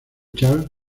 charles